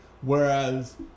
whereas